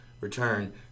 return